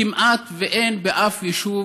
אין כמעט באף יישוב